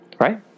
right